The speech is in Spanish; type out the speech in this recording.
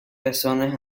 pezones